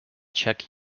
czech